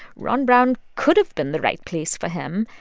ron brown could have been the right place for him.